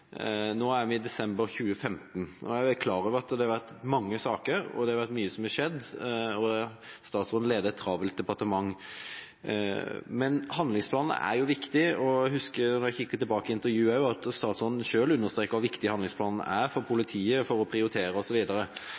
Nå er vi i desember 2015. Jeg er klar over at det har vært mange saker, det har vært mye som har skjedd, og statsråden leder et travelt departement. Men handlingsplanen er viktig, og jeg husker – når jeg kikker tilbake på intervjuer også – at statsråden selv understreket hvor viktig handlingsplanen er for politiet for å prioritere